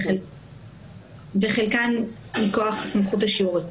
וחלקן מכוח סמיכות השירות,